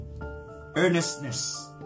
earnestness